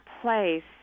place